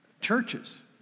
churches